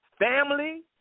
Family